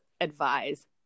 advise